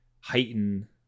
heighten